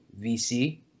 VC